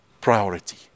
priority